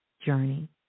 journey